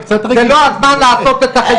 זה לא הזמן לעשות את החשבונות האלה.